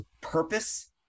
purpose